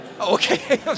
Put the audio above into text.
Okay